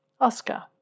Oscar